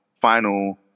final